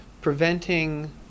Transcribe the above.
preventing